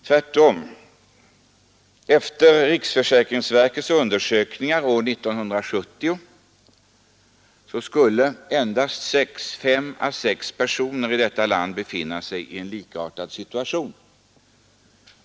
Enligt riksförsäkringsverkets undersökning år 1970 skulle endast fem å sex personer i detta land befinna sig i en likartad situation.